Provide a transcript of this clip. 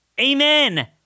amen